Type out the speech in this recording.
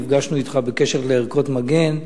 אתך בקשר לערכות מגן,